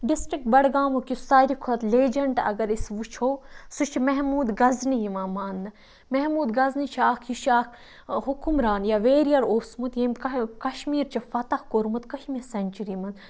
district بَڈگامُک یُس ساروی کھۄتہٕ لیجَنٛڈ اگر أسۍ وٕچھو سُہ چھُ محموٗد غزنی یِوان ماننہٕ محموٗد غزنی چھُ اکھ یہِ چھُ اکھ حُکُمران یا ویریَر اوسمُت ییٚمۍ کَشمیٖر چھُ فَتَح کوٚرمُت کٔہمہِ سیٚنچُری مَنٛز